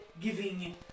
giving